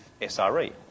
SRE